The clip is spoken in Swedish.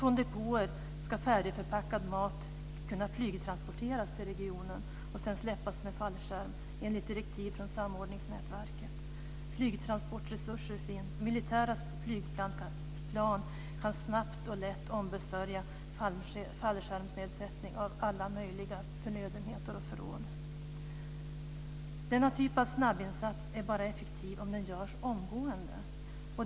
Från depåer ska färdigförpackad mat kunna flygtransporteras till regionen och sedan släppas ned med fallskärm, enligt direktiv från samordningsnätverket. Flygtransportresurser finns. Militära flygplan kan snabbt och lätt ombesörja fallskärmsnedsättning av alla möjliga förnödenheter och förråd. Denna typ av snabbinsats är bara effektiv om den görs omgående.